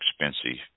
expensive